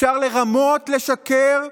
אפשר לרמות, לשקר ולמשול.